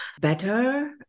better